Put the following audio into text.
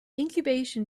incubation